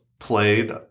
played